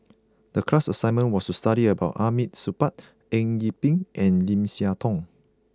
the class assignment was to study about Hamid Supaat Eng Yee Peng and Lim Siah Tong